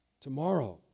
Tomorrow